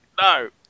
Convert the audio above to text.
no